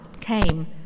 came